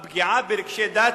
אמרתי: הפגיעה ברגשי דת